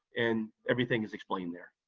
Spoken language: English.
and everything is explained there.